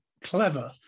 clever